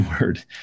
word